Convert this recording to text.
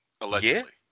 Allegedly